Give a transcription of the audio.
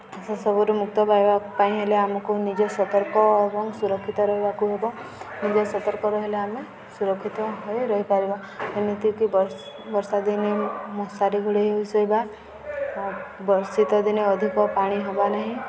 ସେସବୁରୁ ମୁକ୍ତ ପାଇବା ପାଇଁ ହେଲେ ଆମକୁ ନିଜ ସତର୍କ ଏବଂ ସୁରକ୍ଷିତ ରହିବାକୁ ହେବ ନିଜ ସତର୍କ ରହିଲେ ଆମେ ସୁରକ୍ଷିତ ହୋଇ ରହିପାରିବା ଏମିତି କି ବର୍ଷାଦିନେ ମଶାରୀ ଘୋଡ଼େଇ ହୋଇ ଶୋଇବା ଶୀତଦିନେ ଅଧିକ ପାଣି ହେବା ନାହିଁ